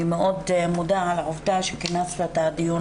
אני משתפת אתכם,